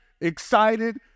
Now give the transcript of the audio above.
excited